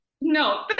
No